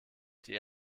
die